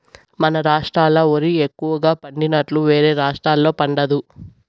మన రాష్ట్రాల ఓరి ఎక్కువగా పండినట్లుగా వేరే రాష్టాల్లో పండదు